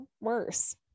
worse